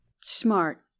smart